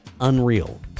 Unreal